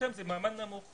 חלקם זה מעמד נמוך.